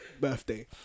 birthday